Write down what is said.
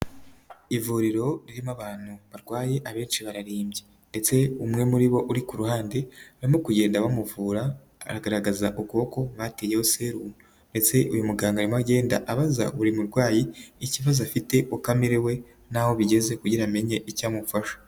Ivuriro ririmo abantu barwaye, abenshi bararimbye ndetse umwe muri bo uri ku ruhande barimo kugenda bamuvura, aragaragaza ukuboko bateyeyo serumo, ubu ndetse uyu muganga arimo agenda abaza buri murwayi ikibazo afite, uko amerewe, n'aho bigeze kugira amenye icyo amufasha.